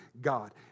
God